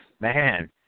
Man